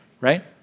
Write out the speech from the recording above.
right